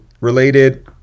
related